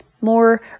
More